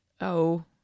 Oh